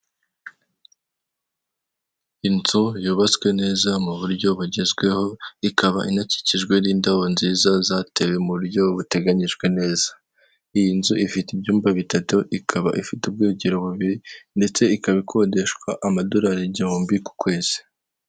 Inzu yubatswe neza mu buryo bugezweho ikaba inakikijwe n'indabo nziza zatewe mu buryo buteganyijwe neza, iyi nzu ifite ibyumba bitatu ikaba ifite ubwogero bubiri ndetse ikaba ikodeshwa amadorari igihumbi ku kwezi.